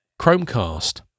Chromecast